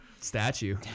statue